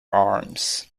arms